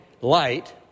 light